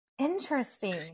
interesting